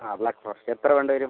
ആ black forest എത്ര വേണ്ടി വരും